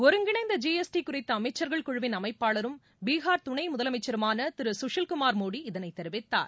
ஒருங்கிணைந்த G S T குறித்த அமைச்சர்கள் குழுவின் அமைப்பாளரும் பீஹார் துணை முதலமைச்சருமான திரு சுஷில்குமார் மோதி இதனை தெரிவித்தார்